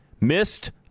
missed